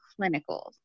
clinicals